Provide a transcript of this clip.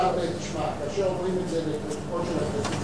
אבל כאשר אומרים את זה לפרוטוקול של הכנסת,